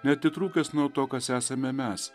neatitrūkęs nuo to kas esame mes